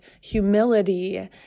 humility